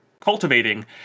cultivating